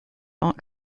art